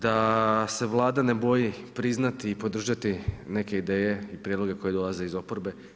Da se vlada ne boji priznati i podržati neke ideje i prijedloge koje dolaze iz oporbe.